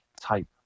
type